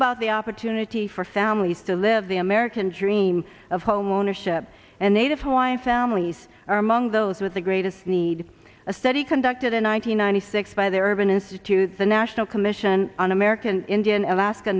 about the opportunity for families to live the american dream of homeownership and native hawaiian families are among those with the greatest need a study conducted in one thousand nine hundred six by the urban institute the national commission on american indian alaska